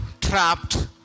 trapped